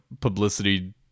publicity